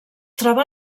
troba